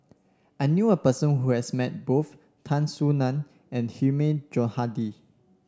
I knew a person who has met both Tan Soo Nan and Hilmi Johandi